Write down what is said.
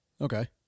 Okay